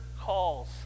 calls